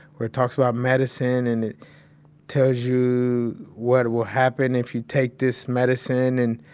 where it talks about medicine and tells you what will happen if you take this medicine and,